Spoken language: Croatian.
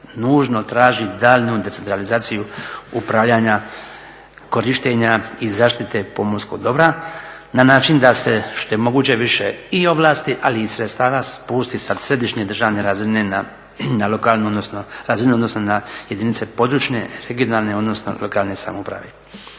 nužno traži daljnju decentralizaciju upravljanja korištenja i zaštite pomorskog dobra na način da se što je moguće više i ovlasti, ali i … spusti sa središnje državne razine na lokalnu razinu, odnosno na jedinice područne regionalne, odnosno lokalne samouprave.